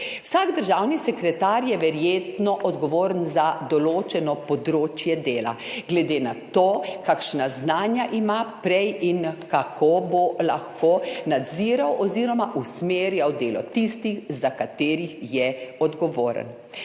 Vsak državni sekretar je verjetno odgovoren za določeno področje dela, glede na to, kakšna znanja ima prej in kako bo lahko nadziral oziroma usmerjal delo tistih, za katere je odgovoren.